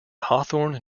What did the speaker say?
hawthorne